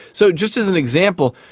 so just as an example,